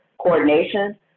coordination